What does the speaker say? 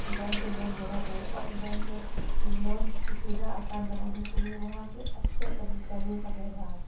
bank पर loan देना चाहिए और बैंक में लोन की सुविधा आसान बनाने के लिए वहाँ के अच्छे कर्मचारियों का व्यवहार